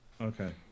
Okay